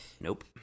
Nope